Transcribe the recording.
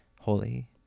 holy